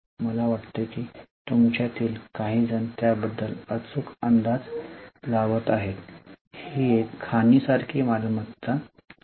मला वाटते की तुमच्या तील काही जण त्याबद्दल अचूक अंदाज लावत आहेत ही एक खाणीसारखी मालमत्ता आहे